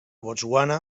botswana